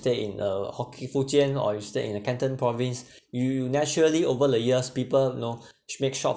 stay in uh hokkien fujian or you stay in the canton province you you you naturally over the years people know make shop